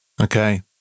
Okay